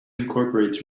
incorporates